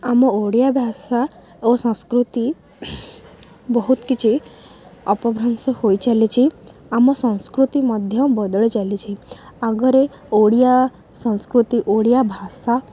ଆମ ଓଡ଼ିଆ ଭାଷା ଓ ସଂସ୍କୃତି ବହୁତ କିଛି ଅପଭ୍ରଂଶ ହୋଇଚାଲିଛି ଆମ ସଂସ୍କୃତି ମଧ୍ୟ ବଦଳି ଚାଲିଛି ଆଗରେ ଓଡ଼ିଆ ସଂସ୍କୃତି ଓଡ଼ିଆ ଭାଷା